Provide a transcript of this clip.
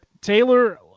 Taylor